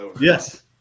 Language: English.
Yes